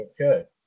okay